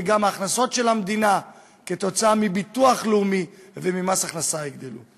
וגם הכנסות המדינה מביטוח לאומי וממס הכנסה יגדלו.